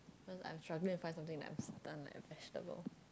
cause I'm struggling to find something that I'm stun like a vegetable